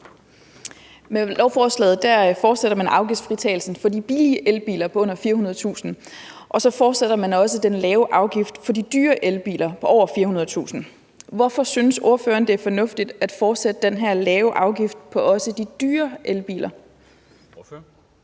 Med lovforslaget fortsætter man afgiftsfritagelsen for de billige elbiler på under 400.000 kr., og så fortsætter man også med den lave afgift for de dyre elbiler på over 400.000 kr. Hvorfor synes ordføreren, det er fornuftigt at fortsætte med den her lave afgift på de dyre elbiler? Kl.